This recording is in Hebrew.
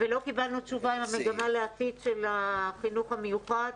ולא קיבלנו תשובה עם המגמה לעתיד של החינוך המיוחד,